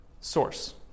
source